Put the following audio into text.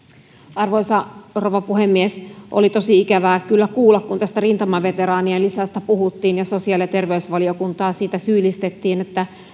arvoisa rouva puhemies oli tosi ikävää kyllä kuulla kun tästä rintamaveteraanien lisästä puhuttiin ja sosiaali ja terveysvaliokuntaa siitä syyllistettiin että